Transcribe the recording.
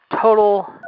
total